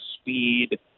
speed